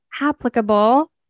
applicable